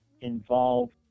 involved